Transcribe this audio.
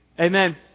Amen